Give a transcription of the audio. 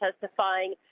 testifying